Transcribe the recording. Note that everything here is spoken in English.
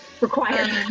required